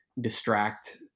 distract